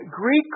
Greek